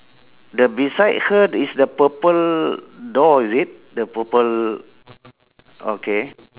the beside her is the purple door is it the purple okay